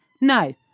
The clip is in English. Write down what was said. No